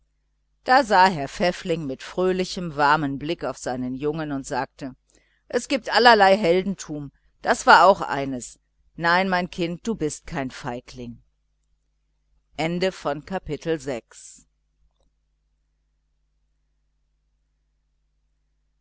da sah herr pfäffling mit fröhlichem warmem blick auf seinen jungen und sagte es gibt allerlei heldentum das war auch eines nein kind du bist doch kein feigling